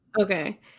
Okay